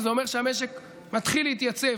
וזה אומר שהמשק מתחיל להתייצב,